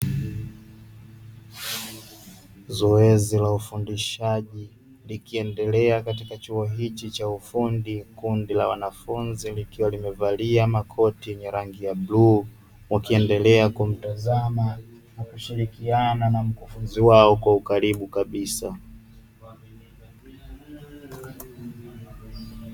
Zoezi la ufundishaji likiendelea katika chuo hichi cha ufundi. Kundi la wanafunzi likiwa limevalia makoti yenye rangi ya bluu, wakiendelea kumtazama na kushirikiana na mkufunzi wao kwa ukaribu kabisa.